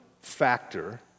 factor